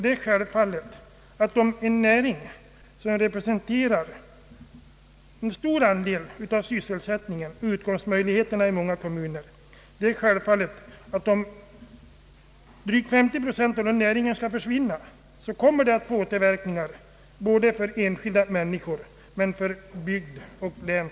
Det är självklart att om drygt 50 procent av en näring, som representerar en stor del av utkomstmöjligheterna i många kommuner, skall försvinna kommer det att få återverkningar såväl för enskilda människor som för bygd och län.